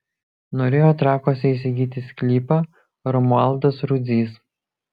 norėjo trakuose įsigyti sklypą romualdas rudzys